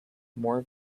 more